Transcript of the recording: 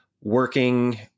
working